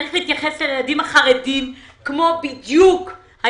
וצריך להתייחס אל הילדים החרדיים בדיוק כמו אל